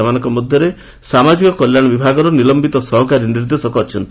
ସେମାନଙ୍କ ମଧ୍ୟରେ ସାମାଜିକ କଲ୍ୟାଣ ବିଭାଗର ନିଲମ୍ପିତ ସହକାରୀ ନିର୍ଦ୍ଦେଶକ ଅଛନ୍ତି